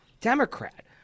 Democrat